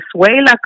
Venezuela